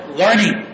learning